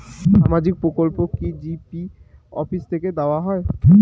সামাজিক প্রকল্প কি জি.পি অফিস থেকে দেওয়া হয়?